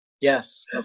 Yes